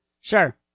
Sure